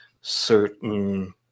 certain